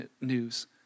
news